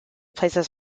places